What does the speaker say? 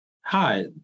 hi